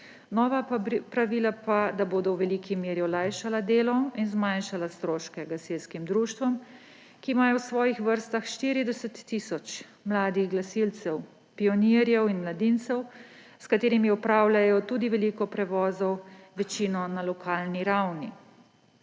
nova pravila pa da bodo v veliki meri olajšala delo in zmanjšala stroške gasilskim društvom, ki imajo v svojih vrstah 40 tisoč mladih gasilcev, pionirjev in mladincev, s katerimi opravljajo tudi veliko prevozov, večino na lokalni ravni.